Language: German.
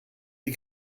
die